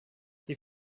die